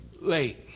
late